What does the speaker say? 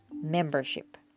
membership